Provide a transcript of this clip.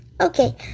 Okay